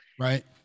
right